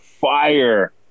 fire